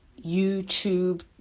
YouTube